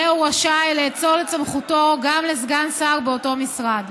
יהיה הוא רשאי לאצול את סמכותו גם לסגן שר באותו משרד.